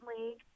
League